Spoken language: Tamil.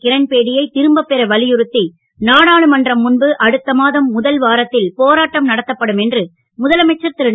கிரண்பேடி யைத் திரும்பப் பெற வலியுறுத்தி நாடாளுமன்றம் முன்பு அடுத்த மாதம் முதல் வாரத்தில் போராட்டம் நடத்தப்படும் என்று முதலமைச்சர் திகுரு